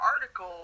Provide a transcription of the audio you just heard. article